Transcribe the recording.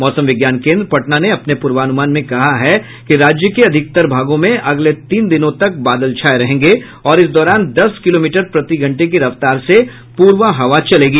मौसम विज्ञान कोन्द्र पटना ने अपने पूर्वानुमान में कहा है कि राज्य को अधिकतर भागों में अगले तीन दिनों तक बादल छाये रहेंगे और इस दौरान दस किलोमीटर प्रतिघंटे की रफ्तार से पूरबा हवा चलेगी